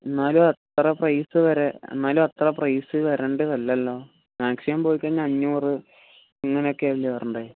എന്നാലും അത്ര പ്രൈസ് വരെ എന്നാലും അത്ര പ്രൈസ് വരേണ്ടിയതല്ലല്ലോ മാക്സിമം പോയിക്കഴിഞ്ഞാൽ അഞ്ഞൂറു ഇങ്ങനെയൊക്കെയല്ലേ വരേണ്ടത്